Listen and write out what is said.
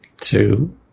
two